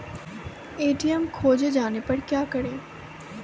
ATM खोजे जाने पर क्या करें?